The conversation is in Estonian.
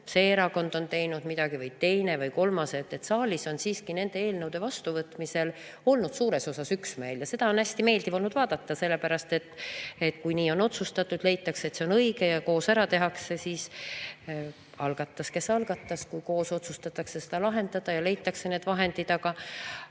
see erakond on teinud midagi või teine või kolmas, [ei saa]. Saalis on siiski nende eelnõude vastuvõtmisel olnud suures osas üksmeel. Ja seda on hästi meeldiv olnud vaadata, sellepärast et kui nii on otsustatud ja leitakse, et see on õige, ja koos ära tehakse, siis algatas, kes algatas, kui koos otsustatakse seda lahendada ja leitakse need vahendid,